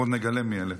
אנחנו נגלה מיהם.